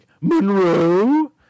Monroe